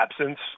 absence